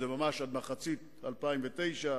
ממש עד מחצית 2009,